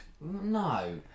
no